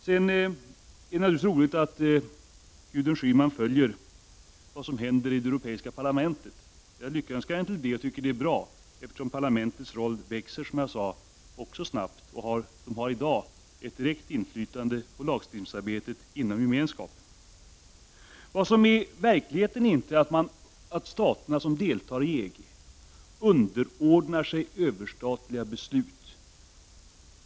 Sedan är det naturligtvis roligt att Gudrun Schyman följer vad som händer i det europeiska parlamentet. Jag lyckönskar henne till det. Parlamentets roll växer snabbt, som jag sade, och det har i dag ett direkt inflytande på lagstiftningsarbetet inom Gemenskapen. Vad som i verkligheten inträffar är att de stater som deltar i EG underordnar sig överstatliga beslut.